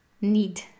need